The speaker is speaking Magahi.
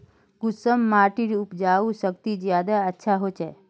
कुंसम माटिर उपजाऊ शक्ति ज्यादा अच्छा होचए?